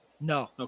No